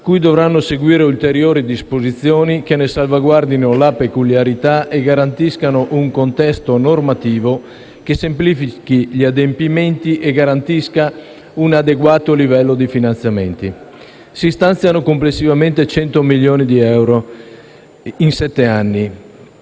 cui dovranno seguire ulteriori disposizioni che ne salvaguardino la peculiarità e garantiscano un contesto normativo, che semplifichi gli adempimenti e garantisca un adeguato livello di finanziamenti. Si stanziano complessivamente 100 milioni di euro in sette anni: